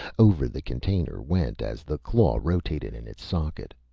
over the container went as the claw rotated in its socket.